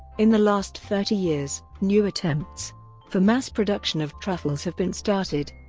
in the last thirty years, new attempts for mass production of truffles have been started.